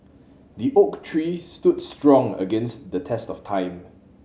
the oak tree stood strong against the test of time